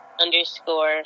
underscore